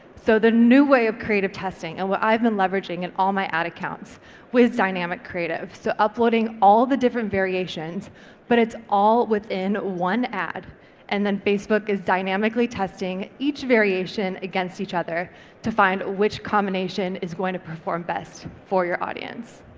so the new way of creative testing and what i've been leveraging in and all my ad accounts was dynamic creative. so uploading all the different variations but it's all within one ad and then facebook is dynamically testing each variation against each other to find which combination is going to perform best for your audience.